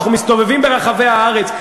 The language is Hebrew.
אנחנו מסתובבים ברחבי הארץ,